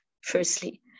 Firstly